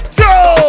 two